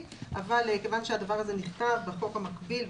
אבל כיוון שהדבר הזה נכתב בחוק המקביל,